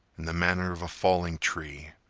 in the manner of a falling tree.